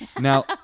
Now